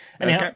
Anyhow